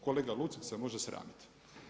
Kolega Lucić se može sramiti.